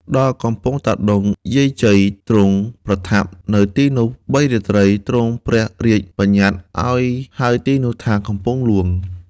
ដល់កំពង់តាដុង យាយជ័យ ទ្រង់ប្រថាប់ នៅទីនោះ ៣ រាត្រី ទ្រង់ព្រះរាជបញ្ញត្តឲ្យហៅទីនោះថា "កំពង់ហ្លួង"